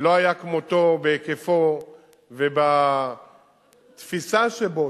לא היה כמותו בהיקפו ובתפיסה שבו,